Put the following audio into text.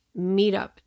meetup